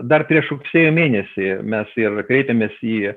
dar prieš rugsėjo mėnesį mes ir kreipėmės į